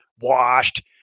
washed